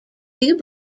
two